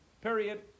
Period